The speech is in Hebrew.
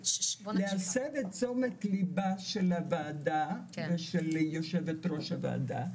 להסב את תשומת ליבה של הוועדה ושל היו"ר של הוועדה,